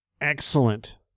excellent